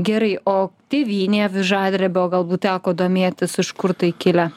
gerai o tėvynė avižadrebio galbūt teko domėtis iš kur tai kilę